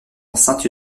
enceinte